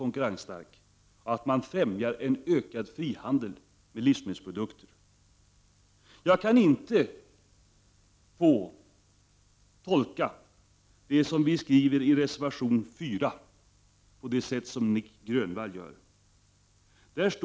Det är viktigt att vi främjar en ökad frihandel med livsmedelsprodukter. Jag kan inte tolka det som ni skriver i reservation 4 så som Nic Grönvall tolkar det.